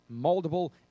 moldable